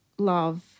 love